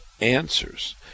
answers